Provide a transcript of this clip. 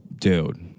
dude